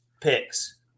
Picks